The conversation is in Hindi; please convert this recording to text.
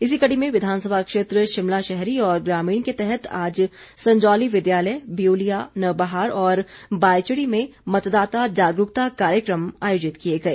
इसी कड़ी में विधानसभा क्षेत्र शिमला शहरी और ग्रामीण के तहत आज संजौली विद्यालय ब्यूलिया नवबहार और बायचड़ी में मतदाता जागरूकता कार्यक्रम आयोजित किए गए